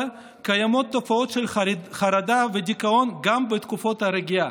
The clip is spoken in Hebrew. קיימות תופעות של חרדה ודיכאון גם בתקופות הרגיעה,